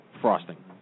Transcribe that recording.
frosting